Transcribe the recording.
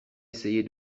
essayer